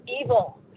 Evil